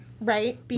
right